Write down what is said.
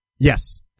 Yes